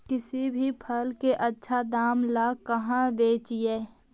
किसी भी फसल के आछा दाम ला कहा बेची?